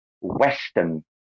western